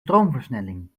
stroomversnelling